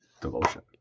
devotion